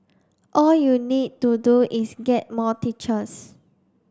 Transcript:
all you need to do is get more teachers